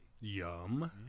Yum